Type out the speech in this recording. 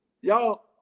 y'all